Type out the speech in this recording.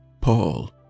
Paul